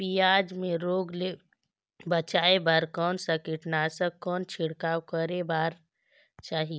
पियाज मे रोग ले बचाय बार कौन सा कीटनाशक कौन छिड़काव करे बर चाही?